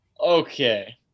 Okay